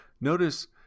Notice